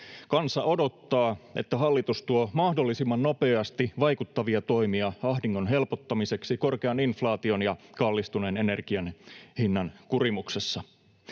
Kansa odottaa, että hallitus tuo mahdollisimman nopeasti vaikuttavia toimia ahdingon helpottamiseksi korkean inflaation ja kallistuneen energian hinnan kurimuksessa.